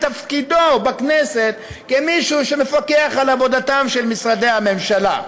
תפקידו בכנסת כמי שמפקח על עבודתם של משרדי הממשלה.